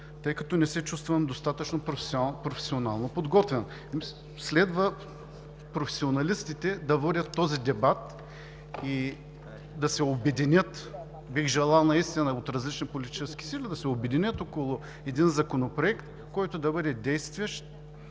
тъй като не се чувствам достатъчно професионално подготвен. Следва професионалистите да водят този дебат и да се обединят. Бих желал наистина от различните политически сили да се обединят около един законопроект, който да бъде действащ,